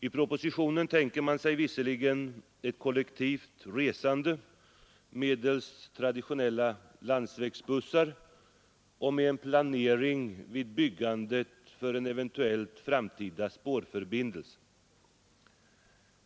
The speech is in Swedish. I propositionen tänker man sig visserligen ett kollektivt resande medelst traditionella landsvägsbussar och med en planering vid byggandet för en eventuell framtida spårförbindelse.